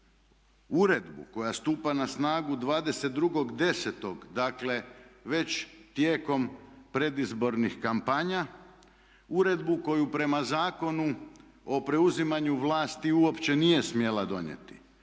koja stupa na snagu 22.10. dakle već tijekom predizbornih kampanja. Uredbu koju prema Zakonu o preuzimanju vlasti uopće nije smjela donijeti